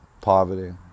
poverty